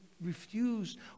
refused